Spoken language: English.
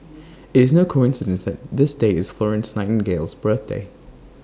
IT is no coincidence that this date is Florence Nightingale's birthday